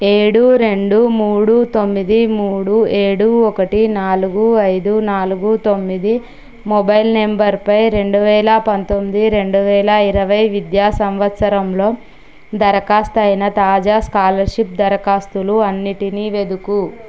ఏడు రెండు మూడు తొమ్మిది మూడు ఏడు ఒకటి నాలుగు ఐదు నాలుగు తొమ్మిది మొబైల్ నంబరుపై రెండు వేల పంతొమ్మిది రెండు వేల ఇరవై విద్యా సంవత్సరంలో దరఖాస్తు అయిన తాజా స్కాలర్షిప్ దరఖాస్తులు అన్నింటినీ వెతుకుము